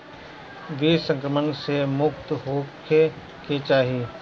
बीज संक्रमण से मुक्त होखे के चाही